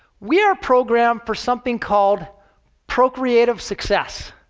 we are programmed for something called procreative success.